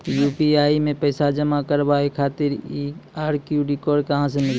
UPI मे पैसा जमा कारवावे खातिर ई क्यू.आर कोड कहां से मिली?